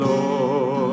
Lord